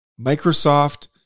Microsoft